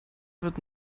wird